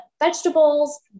vegetables